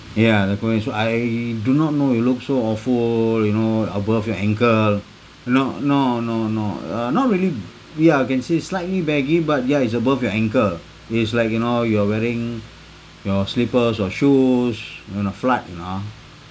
ya the korean so I do not know it looks so awful you know above your ankle no no no no uh not really ya can say slightly baggy but ya it's above your ankle it's like you know you are wearing your slippers or shoes you know flat and all